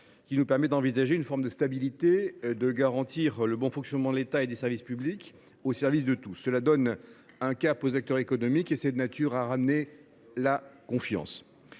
qui nous permet d’envisager une forme de stabilité et de garantir le bon fonctionnement de l’État et des services publics, au service de tous. Voilà qui donne un cap aux acteurs économiques et qui est de nature à ramener la confiance.